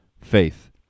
faith